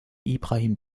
ibrahim